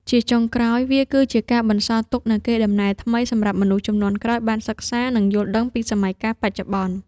ជាចុងក្រោយ វាគឺជាការបន្សល់ទុកនូវកេរដំណែលថ្មីសម្រាប់មនុស្សជំនាន់ក្រោយបានសិក្សា និងយល់ដឹងពីសម័យកាលបច្ចុប្បន្ន។